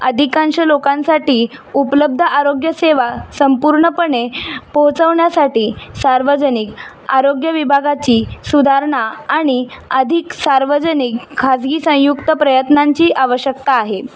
अधिकांश लोकांसाठी उपलब्ध आरोग्यसेवा संपूर्णपणे पोहोचवण्यासाठी सार्वजनिक आरोग्य विभागाची सुधारणा आणि अधिक सार्वजनिक खाजगी संयुक्त प्रयत्नांची आवश्यकता आहे